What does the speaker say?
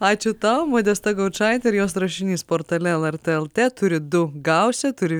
ačiū tau modesta gaučaitė ir jos rašinys portale lrt lt turi du gausi turi